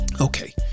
okay